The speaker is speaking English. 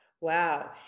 Wow